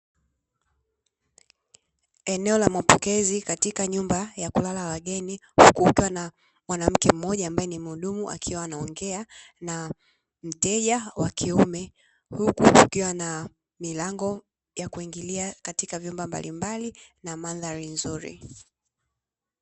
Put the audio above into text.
Eneo la mapokezi katika nyumba ya kulala wageni, huku kukiwa na mwanamke mmoja ambae ni muhudumu akiwa anaongea na mteja wa kiume, huku kukiwa na milango ya kuingilia katika vyumba mbalimbali na mandhari nzuri.